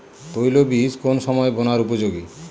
তৈল বীজ কোন সময় বোনার উপযোগী?